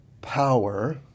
power